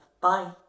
Bye